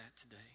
today